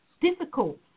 difficult